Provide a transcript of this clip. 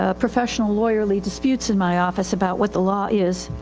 ah professional lawyer lead disputes in my office about what the law is.